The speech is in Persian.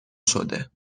شده